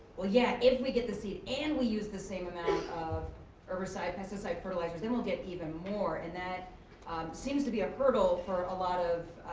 well, yeah, if we get the seed and we use the same amount of herbicide, pesticide, fertilizers, then we'll get even more. and that seems to be a hurdle for a lot of